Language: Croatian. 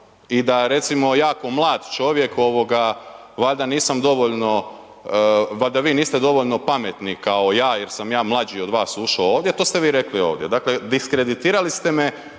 i da recimo ja kao mlad čovjek ovoga valjda nisam dovoljno, valjda vi niste dovoljno pametni kao ja jer sam ja mlađi od vas ušo ovdje, to ste vi rekli ovdje. Dakle, diskreditirali ste me